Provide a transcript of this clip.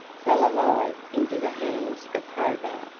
fell alive into the hands of probus.